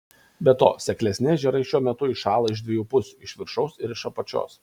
be to seklesni ežerai šiuo metu įšąla iš dviejų pusių iš viršaus ir iš apačios